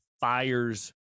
fires